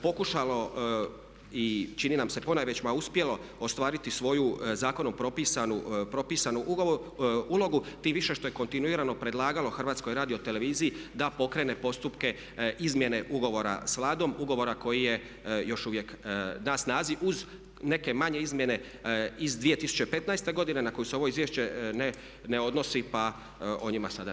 Pokušalo i čini nam se ponajvećima uspjelo ostvariti svoju zakonom propisanu ulogu tim više što je kontinuirano predlagalo HRT-u da pokrene postupke izmjene ugovora s Vladom, ugovora koji je još uvijek na snazi uz neke manje izmjene iz 2015.godine na koje se ovo izvješće ne odnosi pa o njima sada ne bi.